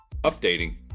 updating